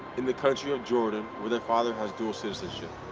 in the country of jordan, where their father has dual citizenship.